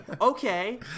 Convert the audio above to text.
okay